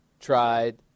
Tried